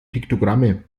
piktogramme